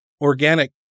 organic